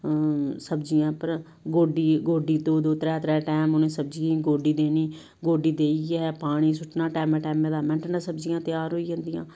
सब्जियें उप्पर गोड्डी गोड्डो दो दो त्रै त्रै टाइम उ'नें सब्जियें गी गोड्डी देनी गोड्डी देइयै पानी सुट्टना टैमे टैमे दा मिंट्ट च सब्जियां त्यार होई जंदियां